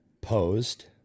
posed